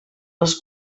les